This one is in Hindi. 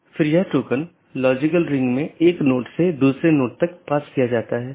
जैसा कि हमने देखा कि रीचैबिलिटी informations मुख्य रूप से रूटिंग जानकारी है